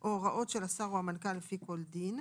או הוראות של השר או המנכ"ל לפי כל דין,